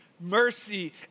mercy